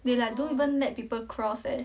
they like don't even let people cross eh